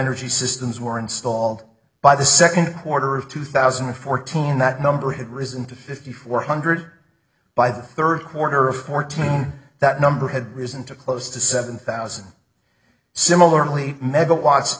energy systems were installed by the second quarter of two thousand and fourteen that number had risen to fifty four hundred by the third quarter of fourteen that number had risen to close to seven thousand similarly megawat